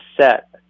set